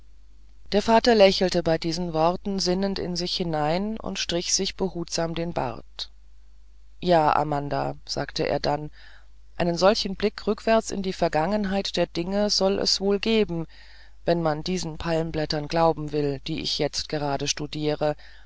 der vater lächelte bei diesen worten sinnend in sich hinein und strich sich behutsam den bart ja amanda sagte er dann einen solchen blick rückwärts in die vergangenheit der dinge soll es wohl geben wenn man diesen palmblättern glauben will die ich gerade jetzt studiere